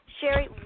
Sherry